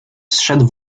zszedł